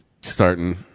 starting